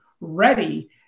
ready